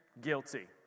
Guilty